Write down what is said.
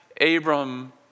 Abram